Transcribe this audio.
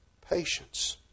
patience